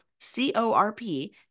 C-O-R-P